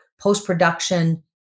post-production